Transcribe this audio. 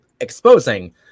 exposing